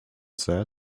said